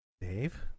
Dave